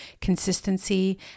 consistency